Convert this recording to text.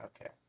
Okay